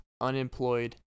unemployed